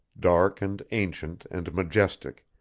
dark and ancient and majestic,